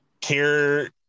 care